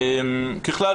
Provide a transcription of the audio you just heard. ככלל,